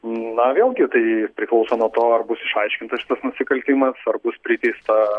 na vėlgi tai priklauso nuo to ar bus išaiškintas šitas nusikaltimas ar bus priteista